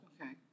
Okay